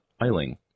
Eiling